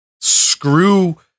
screw